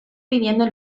pidiendo